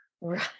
right